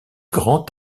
grand